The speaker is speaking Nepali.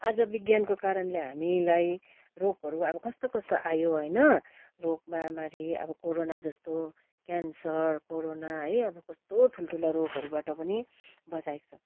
आज विज्ञानको कारणले हामीलाई रोगहरू अब कस्तो कस्तोहरू आयो होइन रोग महामारी अब कोरोना जस्तो क्यान्सर कोरोना है अब कस्तो ठुलठुलो रोगहरूबाट पनि बचाएको छ